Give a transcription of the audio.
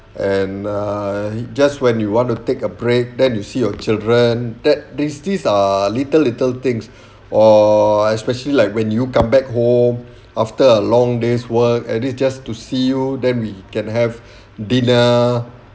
and err just when you want to take a break then you see your children that these these are little little things or especially like when you come back home after a long day's work at least just to see you then we can have dinner